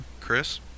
Chris